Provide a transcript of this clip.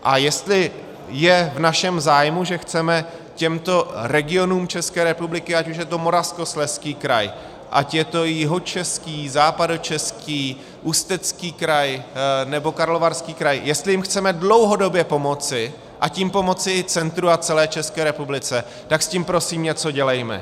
A jestli je v našem zájmu, že chceme těmto regionům České republiky ať je to Moravskoslezský kraj, ať je to Jihočeský, Západočeský, Ústecký kraj, nebo Karlovarský kraj jestli jim chceme dlouhodobě pomoci, a tím pomoci i centru a celé České republice, tak s tím prosím něco dělejme.